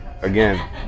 again